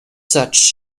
such